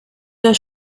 das